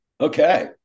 Okay